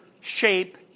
shape